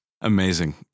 Amazing